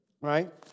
right